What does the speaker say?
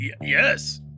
Yes